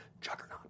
juggernaut